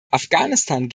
afghanistan